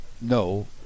No